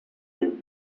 live